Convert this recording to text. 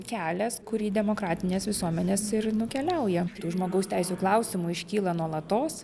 kelias kurį demokratinės visuomenės ir nukeliauja tų žmogaus teisių klausimų iškyla nuolatos